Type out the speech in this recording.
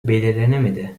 belirlenemedi